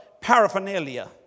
paraphernalia